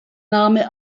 name